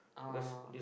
oh